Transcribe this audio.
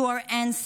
to our ancestors,